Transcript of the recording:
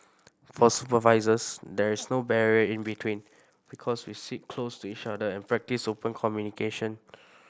for supervisors there is no barrier in between because we sit close to each other and practice open communication